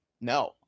No